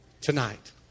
tonight